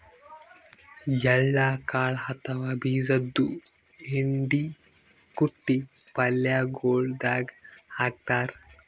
ಎಳ್ಳ ಕಾಳ್ ಅಥವಾ ಬೀಜದ್ದು ಹಿಂಡಿ ಕುಟ್ಟಿ ಪಲ್ಯಗೊಳ್ ದಾಗ್ ಹಾಕ್ತಾರ್